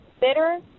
bitter